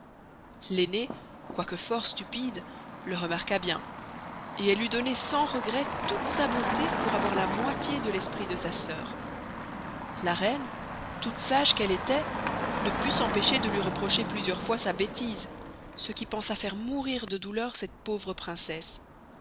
quoy que fort stupide le remarqua bien et elle eut donné sans regret toute sa beauté pour avoir la moitié de l'esprit de sa sœur la reine toute sage qu'elle estoit ne put s'empêcher de luy reprocher plusieurs fois sa bestise ce qui pensa faire mourir de douleur cette pauvre princesse